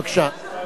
בבקשה.